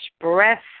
breath